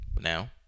Now